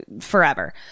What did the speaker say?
forever